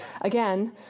again